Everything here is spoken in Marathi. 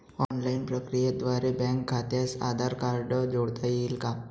ऑनलाईन प्रक्रियेद्वारे बँक खात्यास आधार कार्ड जोडता येईल का?